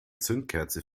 zündkerze